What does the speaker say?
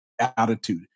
Attitude